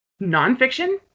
nonfiction